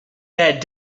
that